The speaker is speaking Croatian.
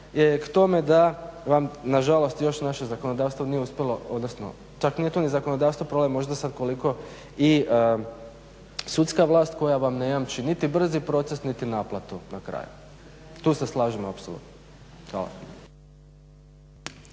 I k tome da vam na žalost još naše zakonodavstvo nije uspjelo, odnosno čak nije tu ni zakonodavstvo problem možda sad koliko i sudska vlast koja vam ne jamči niti brzi proces, niti naplatu na kraju. Tu se slažem apsolutno. Hvala.